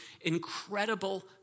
incredible